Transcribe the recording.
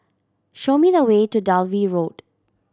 show me the way to Dalvey Road